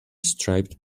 striped